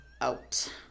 out